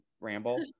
ramble